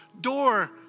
door